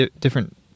different